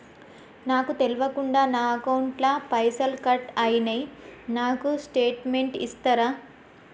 నాకు తెల్వకుండా నా అకౌంట్ ల పైసల్ కట్ అయినై నాకు స్టేటుమెంట్ ఇస్తరా?